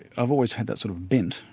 i've always had that sort of bent,